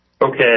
Okay